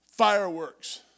fireworks